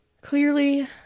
Clearly